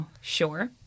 Sure